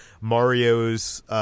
Mario's